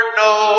no